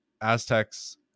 Aztecs